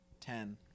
ten